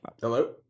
hello